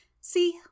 See